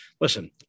Listen